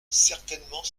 certainement